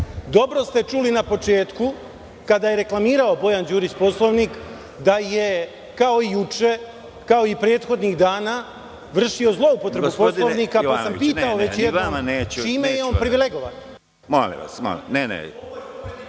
dobro ste čuli na početku, kada je reklamirao Bojan Đurić Poslovnik, da je kao i juče i prethodnih dana vršio zloupotrebu poslovnika, pa sam pitao čime je on privilegovan.